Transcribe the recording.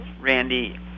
Randy